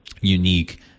unique